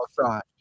outside